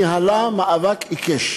היא ניהלה מאבק עיקש